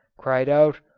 cried out,